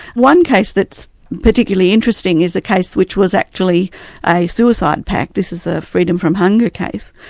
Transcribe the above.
one case that's particularly interesting is the case which was actually a suicide pact. this is a freedom from hunger case,